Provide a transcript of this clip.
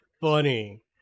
funny